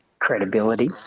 credibility